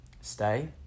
stay